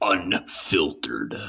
Unfiltered